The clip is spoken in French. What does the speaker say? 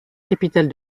capitale